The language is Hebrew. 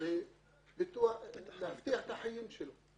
זה להבטיח את החיים שלו.